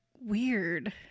weird